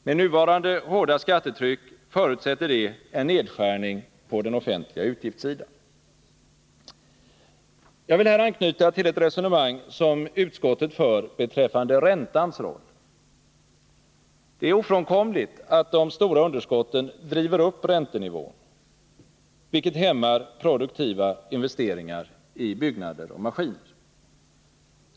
Med nuvarande hårda skattetryck förutsätter det en nedskärning av utgifterna på den offentliga sidan. Jag vill anknyta till ett resonemang som utskottet för beträffande räntans roll. Det är ofrånkomligt att de stora underskotten driver upp räntenivån, vilket hämmar produktiva investeringar i byggnader och maskiner.